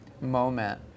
moment